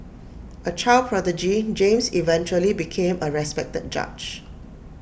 A child prodigy James eventually became A respected judge